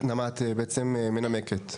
נעמה, את מנמקת, בעצם.